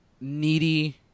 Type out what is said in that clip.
needy